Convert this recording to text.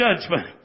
judgment